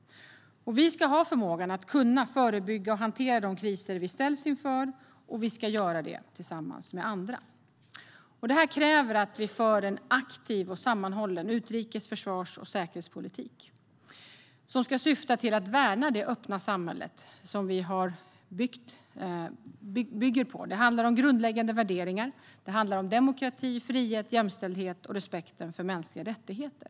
Vi ska ha förmågan att förebygga och hantera de kriser vi ställs inför, och vi ska göra det tillsammans med andra. Det kräver att vi för en aktiv och sammanhållen utrikes, försvars och säkerhetspolitik som ska syfta till att värna det öppna samhället. Det handlar om grundläggande värderingar som demokrati, frihet, jämställdhet och respekten för mänskliga rättigheter.